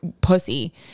pussy